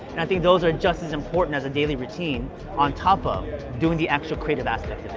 and i think those are just as important as a daily routine on top of doing the actual creative aspect